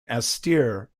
austere